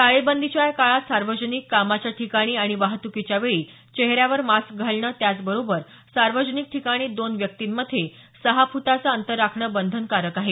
टाळेबंदीच्या या काळात सार्वजनिक कामाच्या ठिकाणी आणि वाहतुकीच्यावेळी चेहऱ्यावर मास्क घालणं त्याचबरोबर सार्वजनिक ठिकाणी दोन व्यक्तींमध्ये सहा फुटाचं अंतर राखणं बंधनकारक आहे